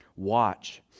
Watch